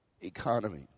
economy